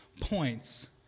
points